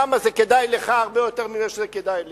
למה זה כדאי לך הרבה יותר ממה שזה כדאי לי.